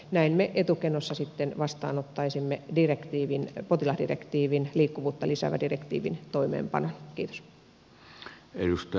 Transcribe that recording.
näin me etukenossa sitten vastaanottaisimme potilasdirektiivin liikkuvuutta lisäävän direktiivin toimeenpanon